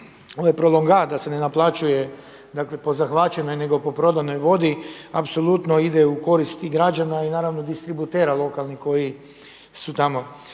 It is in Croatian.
ovaj prolongat da se ne naplaćuje po zahvaćenoj nego po prodanoj vodi apsolutno ide u korist i građana i naravno distributera lokalnih koji su tamo.